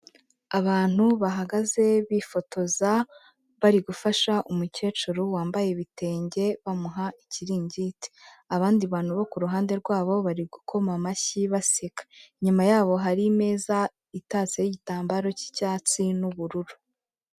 Abantu bahagaze bifotoza bari gufasha umukecuru wambaye ibitenge bamuha ikiringiti, abandi bantu bo ku ruhande rwabo bari gukoma amashyi baseka, inyuma yabo hari imeza itatseho igitambaro cy'icyatsi n'ubururu.